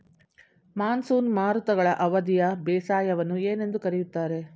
Monsoon ಮಾರುತಗಳ ಅವಧಿಯ ಬೇಸಾಯವನ್ನು ಏನೆಂದು ಕರೆಯುತ್ತಾರೆ?